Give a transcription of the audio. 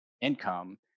income